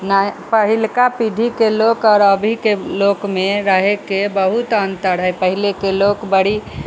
पहिलका पीढ़ीके लोक आओर अभीके लोकमे रहैके बहुत अन्तर हइ पहिलेके लोक बड़ी